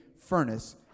furnace